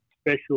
special